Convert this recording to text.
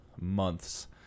months